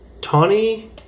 Tawny